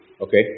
Okay